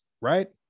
right